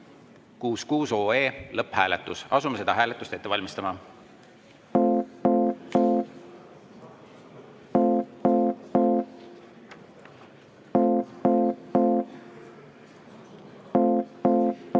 366 lõpphääletus. Asume hääletust ette valmistama.